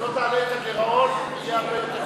לא תעלה את הגירעון, יהיה הרבה יותר טוב.